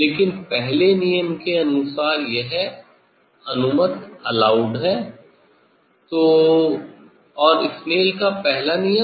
लेकिन पहले नियम के अनुसार यह अनुमतः है तो और Snell का पहला नियम